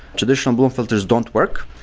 traditional bloom filters don't work.